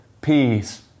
peace